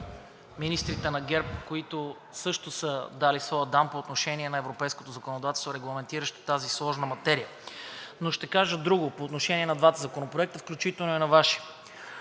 министрите на ГЕРБ, които също са дали своя дан по отношение на европейското законодателство, регламентиращо тази сложна материя. Но ще кажа друго по отношение на двата законопроекта, включително и на Вашия.